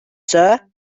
sir